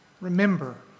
remember